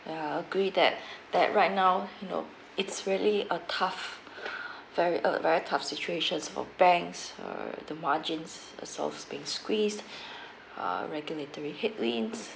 ya agree that that right now you know it's really uh tough very uh very tough situations for banks err the margins are sort of being squeezed err regulatory headwinds